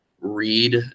read